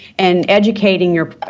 and educating your